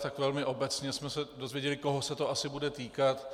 Tak velmi obecně jsme se dozvěděli, koho se to asi bude týkat.